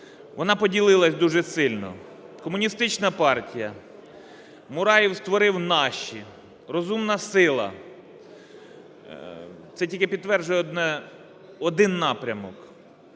вона поділилась дуже сильно. Комуністична партія, Мураєв створив "Наші", "Розумна сила". Це тільки підтверджує один напрямок: